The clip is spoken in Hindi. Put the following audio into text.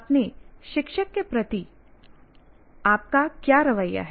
अपने शिक्षक के प्रति आपका क्या रवैया है